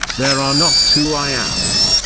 there are not two i ams,